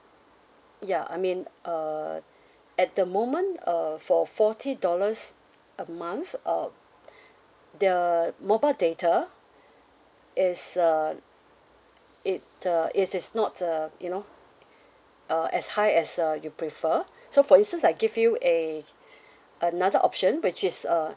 ya I mean uh at the moment uh for forty dollars a month uh the mobile data it's uh it uh it is not uh you know uh as high as uh you prefer so for instance I give you a another option which is uh